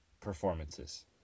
performances